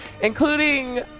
including